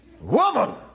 Woman